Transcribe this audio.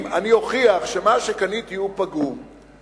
אם אני אוכיח שמה שקניתי הוא פגום,